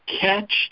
catch